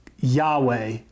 Yahweh